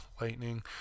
Lightning